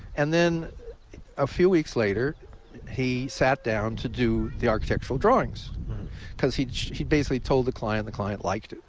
and then a few weeks later he sat down to do the architectural drawing so because he he basically told the client, and the client liked it.